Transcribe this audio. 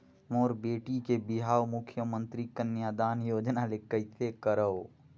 मोर बेटी के बिहाव मुख्यमंतरी कन्यादान योजना ले कइसे करव?